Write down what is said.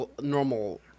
normal